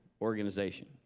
organization